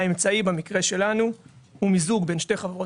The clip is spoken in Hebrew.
האמצעי במקרה שלנו הוא מיזוג בין שתי חברות